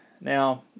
Now